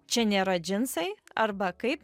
čia nėra džinsai arba kaip